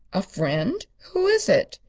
a friend? who is it?